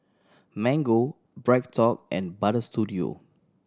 Mango BreadTalk and Butter Studio